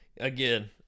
Again